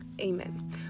Amen